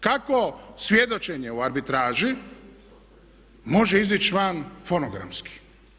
Kako svjedočenje o arbitraži može izići van fonogramski?